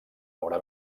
obra